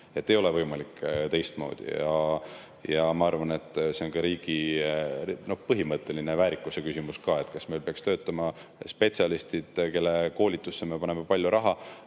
Ei ole võimalik teistmoodi. Ma arvan, et see on riigi põhimõtteline väärikuseküsimus ka, et kas meil peaks töötama spetsialistid, kelle koolitusse me paneme palju raha